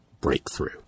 breakthrough